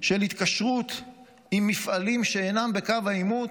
של התקשרות עם מפעלים שאינם בקו העימות,